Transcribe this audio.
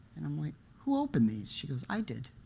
and i'm like, who opened these? she goes, i did.